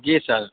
جی سر